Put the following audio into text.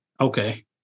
Okay